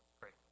Great